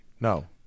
No